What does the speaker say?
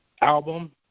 album